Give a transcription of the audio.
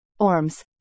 ORMs